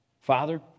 Father